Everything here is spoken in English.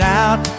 out